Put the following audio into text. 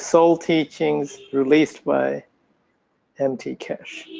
soul teachings released by m t. keshe.